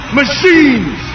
machines